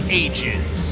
ages